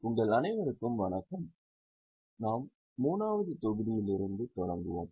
உங்கள் அனைவருக்கும் வணக்கம் நாம் 3 வது தொகுதியில் இருந்து தொடங்குவோம்